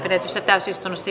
pidetyssä täysistunnossa